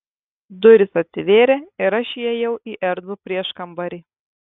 durys atsivėrė ir aš įėjau į erdvų prieškambarį